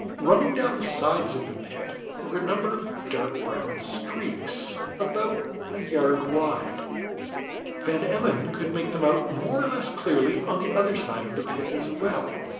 running down the sides of the pit were a number of dark-brown streaks, about a yard wide van emmon could make them out, more or less clearly, on the other side of the pit as well.